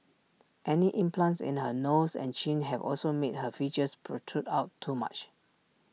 any implants in her nose and chin have also made her features protrude out too much